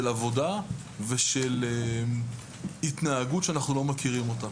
של עבודה ושל התנהגות שאנחנו לא מכירים אותה.